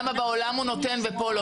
למה בעולם הוא נותן ופה לא?